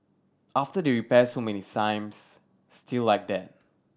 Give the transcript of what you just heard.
after they repair so many times still like that